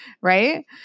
right